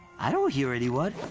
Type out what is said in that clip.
i don't hear anyone.